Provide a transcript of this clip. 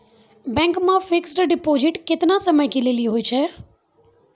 Bank मे fixed deposit केतना समय के लेली होय छै?